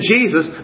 Jesus